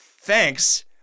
thanks